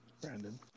Brandon